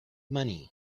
money